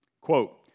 Quote